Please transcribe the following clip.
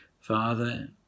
father